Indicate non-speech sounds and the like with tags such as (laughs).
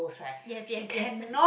yes yes yes (laughs)